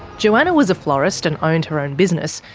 johanna was a florist and owned her own business,